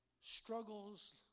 struggles